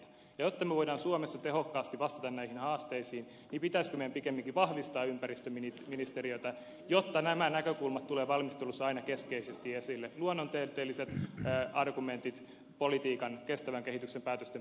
jotta me voimme suomessa tehokkaasti vastata näihin haasteisiin pitäisikö meidän pikemminkin vahvistaa ympäristöministeriötä jotta nämä näkökulmat tulevat valmistelussa aina keskeisesti esille luonnontieteelliset argumentit politiikan kestävän kehityksen päätösten pohjalle